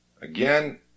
Again